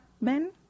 men